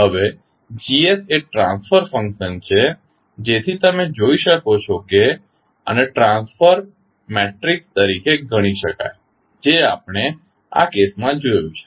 હવે G એ transfer function છે જેથી તમે જોઇ શકો છો કે આને ટ્રાન્સફર મેટ્રિક્સ તરીકે ગણી શકાય જે આપણે આ કેસમાં જોયું છે